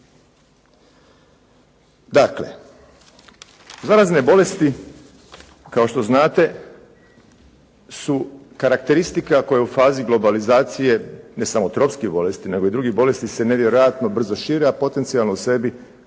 Dakle zarazne bolesti kao što znate su karakteristika koja je u fazi globalizacije ne samo tropskih bolesti nego i drugih bolesti se nevjerojatno brzo širi, a potencijalno u sebi nude